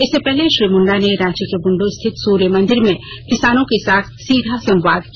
इससे पहले श्री मुंडा ने रांची के बुंडू स्थित सूर्य मंदिर में किसानों के साथ सीधा संवाद किया